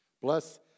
Bless